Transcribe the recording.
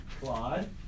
Claude